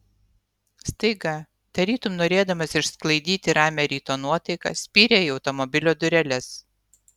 staiga tarytum norėdamas išsklaidyti ramią ryto nuotaiką spyrė į automobilio dureles